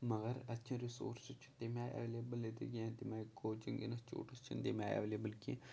مگر اَتچہِ رِسورسٕز چھِ تَمہِ آیہِ اٮ۪ولیبٕل ییٚتہِ کینٛہہ تَمہِ آیہِ کوچِنٛگ اِنَسچوٹٕس چھِنہٕ تَمہِ آیہِ اٮ۪ولیبٕل کینٛہہ